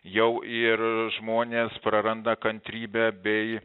jau ir žmonės praranda kantrybę bei